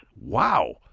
Wow